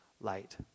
light